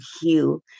heal